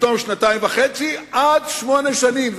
בתום שנתיים וחצי עד שמונה שנים.